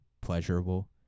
pleasurable